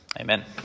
Amen